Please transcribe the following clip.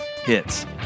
hits